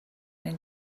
این